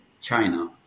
China